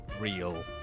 real